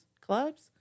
clubs